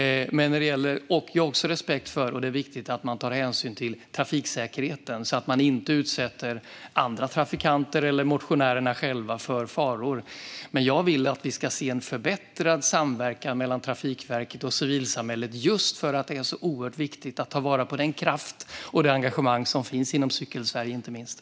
Jag har också respekt för trafiksäkerheten. Det är viktigt att man tar hänsyn till den så att man inte utsätter andra trafikanter eller motionärerna själva för faror. Jag vill att vi ska se en förbättrad samverkan mellan Trafikverket och civilsamhället just för att det är så oerhört viktigt att ta vara på den kraft och det engagemang som finns inte minst i Cykelsverige.